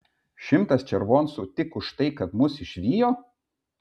šimtas červoncų tik už tai kad mus išvijo